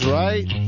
right